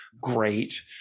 great